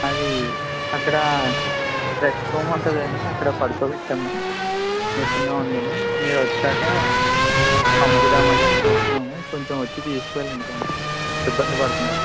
అది అక్కడ rest room ఉంటుందండీ అక్కడ పడుకోపెట్టాము నీరసంగా ఉందని మీరు వచ్చాక పంపుదాం అని చూస్తున్నాము కొంచం వచ్చి తీసుకెళ్లండి కొంచం ఇబ్బంది పడుతున్నాడు